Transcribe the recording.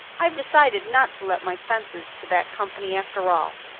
i've decided not to let my fences to that company after all.